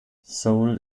seoul